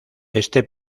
este